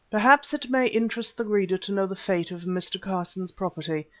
perhaps it may interest the reader to know the fate of mr. carson's property,